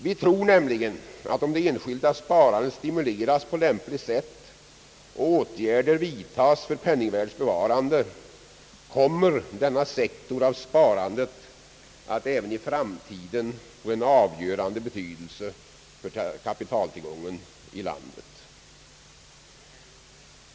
Vi tror nämligen att om det enskilda sparandet stimuleras på lämpligt sätt och åtgärder vidtas för penningvärdets bevarande kommer denna sektor av sparandet att även i framtiden få avgörande betydelse för kapitaltillgången i landet.